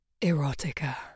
erotica